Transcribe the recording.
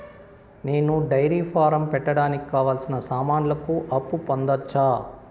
నేను dairy farm పెట్టడానికి కావాల్సిన సామాన్లకు అప్పు పొందొచ్చా?